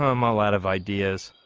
i'm a lot of ideas